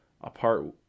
Apart